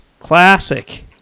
Classic